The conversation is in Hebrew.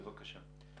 בבקשה.